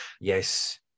Yes